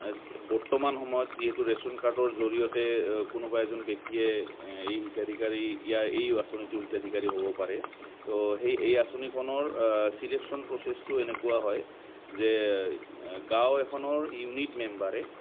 বৰ্তমান সময়ত যিহেতু ৰেচন কাৰ্ডৰ জৰিয়তে কোনোবা এজন ব্যক্তিয়ে এই হিতাধিকাৰী ইয়াৰ এই আঁচনিটো হিতাধিকাৰী হ'ব পাৰে তো সেই এই আঁচনিখনৰ ছিলেকশচন প্ৰচেছটো এনেকুৱা হয় যে গাঁও এখনৰ ইউনিট মেম্বাৰে